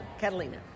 Catalina